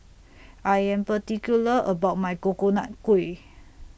I Am particular about My Coconut Kuih